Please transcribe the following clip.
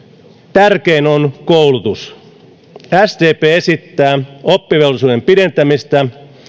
tärkein on koulutus sdp esittää oppivelvollisuuden pidentämistä